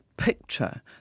Picture